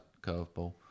curveball